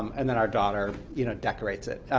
um and then our daughter you know decorates it.